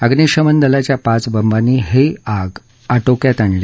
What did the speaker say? अग्निशमन दलाच्या पाच बंबांनी ही आग आटोक्यात आणली